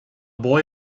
boy